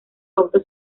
autos